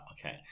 Okay